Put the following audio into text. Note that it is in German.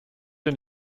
den